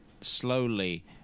slowly